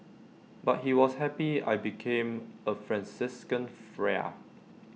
but he was happy I became A Franciscan Friar